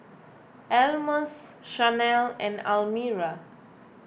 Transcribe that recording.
Almus Shanell and Almira